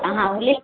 अहाँ ओ लेब